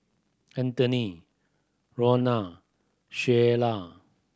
Antoine Ronna Sheyla